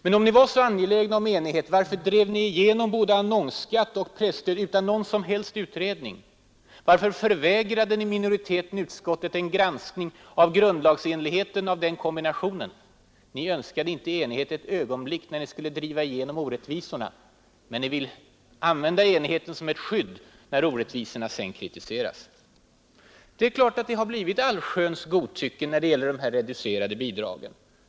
Men om ni var så angelägna om enighet, varför drev ni då igenom både annonsskatt och presstöd utan någon som helst prövning? Varför förvägrade ni minoriteten i utskottet en granskning av grundlagsenligheten av den kombinationen? Ni önskade inte ett ögonblick enighet, när ni skulle driva igenom orättvisorna. Men nu vill ni använda enigheten som ett skydd, när orättvisorna kritiseras. Det är klart att det har blivit allsköns godtycke när det gäller dessa reducerade bidrag.